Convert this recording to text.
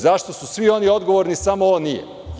Zašto su svi oni odgovorni, samo on nije?